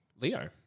Leo